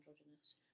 androgynous